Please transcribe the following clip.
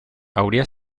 hauria